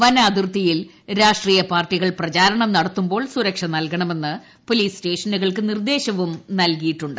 വനാതിർത്തിയിൽ രാഷ്ട്രീയപാർട്ടികൾ പ്രചാരണം നടത്തുമ്പോൾ സുരക്ഷ നൽകണമെന്ന് പോലീസ് സ്റ്റേഷനുകൾക്ക് നിർദ്ദേശവും നൽകിയിട്ടുണ്ട്